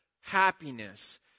happiness